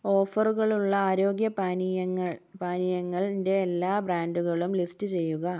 ഓഫറുകളുള്ള ആരോഗ്യ പാനീയങ്ങൾ പാനീയങ്ങളിന്റെ എല്ലാ ബ്രാൻഡുകളും ലിസ്റ്റ് ചെയ്യുക